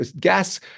gas